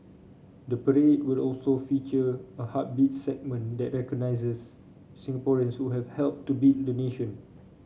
the parade will also feature a Heartbeats segment that recognises Singaporeans who have helped to build the nation